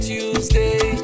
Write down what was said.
Tuesday